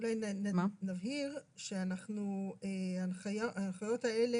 אולי נבהיר שההנחיות האלה,